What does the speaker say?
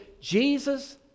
Jesus